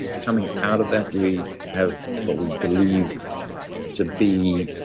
coming out of that, we have what we believe to be,